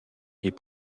est